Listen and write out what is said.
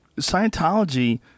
Scientology